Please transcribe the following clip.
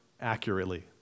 accurately